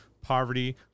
poverty